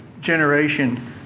generation